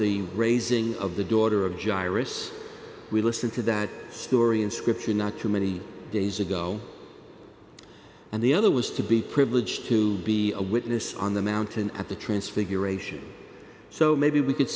the raising of the daughter of gyrus we listen to that story in scripture not too many days ago and the other was to be privileged to be a witness on the mountain at the transfiguration so maybe we c